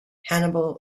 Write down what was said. hannibal